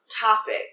topic